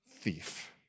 thief